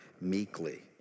meekly